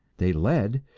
they led,